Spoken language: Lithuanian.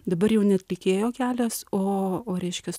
dabar jau ne atlikėjo kelias o o reiškias